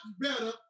better